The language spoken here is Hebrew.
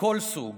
מכל סוג,